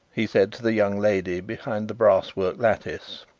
he said to the young lady behind the brasswork lattice.